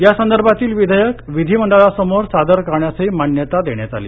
यासंदर्भातील विधेयक विधानमंडळासमोर सादर करण्यासही मान्यता देण्यात आली